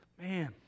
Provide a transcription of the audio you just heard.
Man